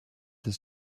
this